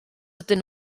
ydyn